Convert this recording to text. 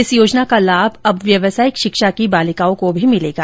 इस योजना का लाभ अब व्यवसायिक शिक्षा की बालिकाओं को भी मिलेगा